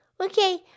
Okay